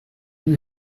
you